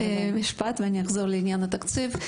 המשפט ואני אחזור לעניין התקציב.